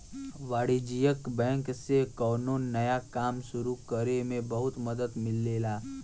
वाणिज्यिक बैंक से कौनो नया काम सुरु करे में बहुत मदद मिलेला